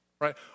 right